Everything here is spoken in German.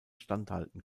standhalten